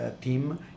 team